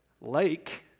lake